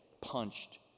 punched